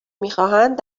میخواهند